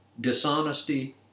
dishonesty